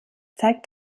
zeigt